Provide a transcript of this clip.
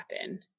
happen